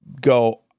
go